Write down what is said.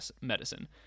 medicine